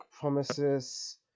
promises